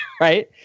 Right